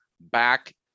back